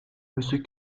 monsieur